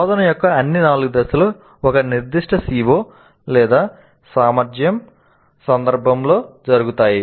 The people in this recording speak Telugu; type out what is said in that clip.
బోధన యొక్క అన్ని 4 దశలు ఒక నిర్దిష్ట CO సామర్థ్యం సందర్భంలో జరుగుతాయి